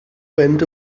went